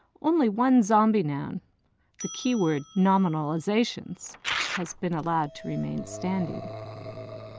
only one zombie noun the key word nominalizations has been allowed to remain standing.